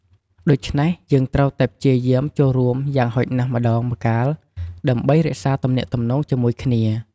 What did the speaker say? ដូច្នេះ យើងត្រូវតែព្យាយាមចូលរួមយ៉ាងហោចណាស់ម្តងម្កាលដើម្បីរក្សាទំនាក់ទំនងជាមួយគ្នា។